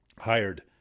hired